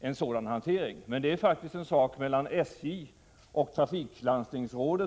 en sådan hantering, men det är i så fall faktiskt en fråga mellan SJ och trafiklandstingsrådet.